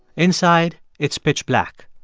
inside, it's pitch black.